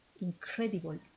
Incredible